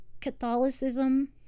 Catholicism